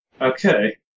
Okay